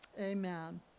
Amen